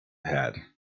had